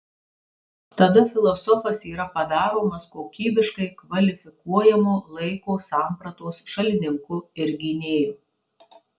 tada filosofas yra padaromas kokybiškai kvalifikuojamo laiko sampratos šalininku ir gynėju